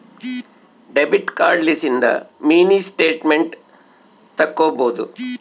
debit card ಲಿಸಿಂದ mini statement ತಕ್ಕೊಬೊದು